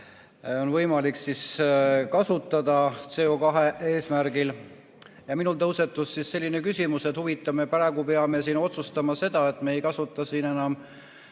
on võimalik kasutada CO2eesmärgil. Minul tõusetus selline küsimus, et huvitav, me praegu peame siin otsustama seda, et me ei kasuta enam